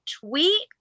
tweet